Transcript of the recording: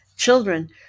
children